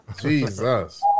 Jesus